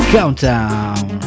Countdown